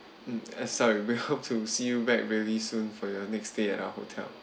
mm oh sorry we hope to see you back really soon for your next stay at our hotel